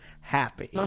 happy